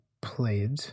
played